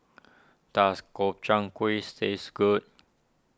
does Gobchang Guis taste good